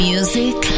Music